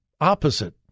opposite